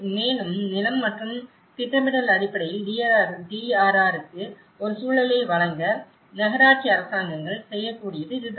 மேலும் நிலம் மற்றும் திட்டமிடல் அடிப்படையில் DRRக்கு ஒரு சூழலை வழங்க நகராட்சி அரசாங்கங்கள் செய்யக்கூடியது இதுதான்